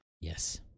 Yes